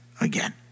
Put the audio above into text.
again